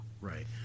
Right